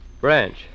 Branch